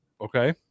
okay